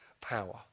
power